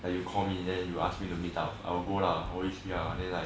like you call me then you ask me to meet up ya I will go lah always ya then like